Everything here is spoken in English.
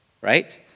Right